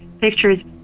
pictures